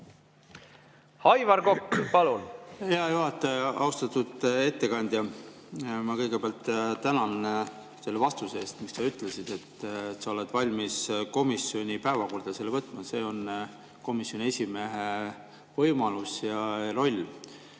Aivar Kokk, palun! Hea juhataja! Austatud ettekandja! Ma kõigepealt tänan selle vastuse eest, mis sa ütlesid, et sa oled valmis selle komisjoni päevakorda võtma. See on komisjoni esimehe võimalus ja roll.